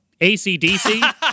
ACDC